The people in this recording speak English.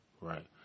right